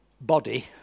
body